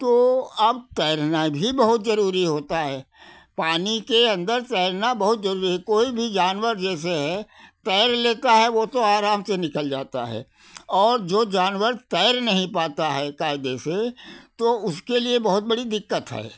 तो अब तैरना भी बहुत ज़रूरी होता है पानी के अंदर तैरना बहुत ज़रूरी है कोई भी जानवर जैसे है तैर लेता है वो तो आराम से निकल जाता है और जो जानवर तैर नहीं पाता है कायदे से तो उसके लिए बहुत बड़ी दिक्कत है